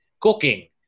cooking